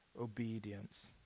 obedience